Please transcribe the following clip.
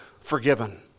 forgiven